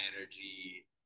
energy